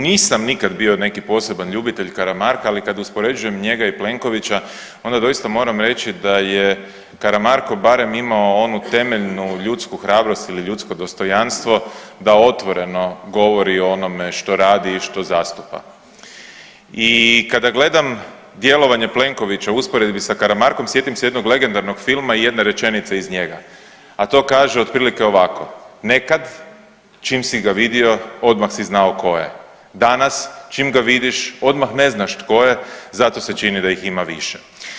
Nisam nikad bio neki poseban ljubitelj Karamarka, ali kad uspoređujem njega i Plenkovića onda doista moram reći da je Karamarko barem imao onu temeljnu ljudsku hrabrost ili ljudsko dostojanstvo da otvoreno govori o onome što radi i što zastupa i kada gledam djelovanje Plenkovića u usporedbi sa Karamarkom sjetim se jednog legendarnog filma i jedne rečenice iz njega, a to kaže otprilike ovako, nekad čim si ga vidio odmah si zna ko je, danas čim ga vidiš odmah ne znaš tko je zato se čini da ih ima više.